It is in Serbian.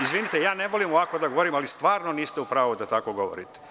Izvinite, ja ne volim ovako da govorim, ali stvarno niste u pravu kada tako govorite.